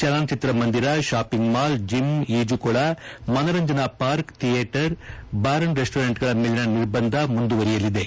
ಚಲನಚಿತ್ರ ಮಂದಿರ shopping mall gym ಈಜುಕೊಳ ಮನರಂಜನಾ ಪಾರ್ಕ್ ಥೇಟರ್ ಬಾರ್ ಅಂಡ್ ರೆಸ್ಲೋರೆಂಟ್ಗಳ ಮೇಲಿನ ನಿರ್ಬಂಧ ಮುಂದುವರೆಯಲಿವೆ